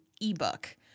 ebook